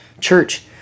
church